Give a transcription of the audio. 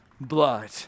blood